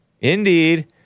Indeed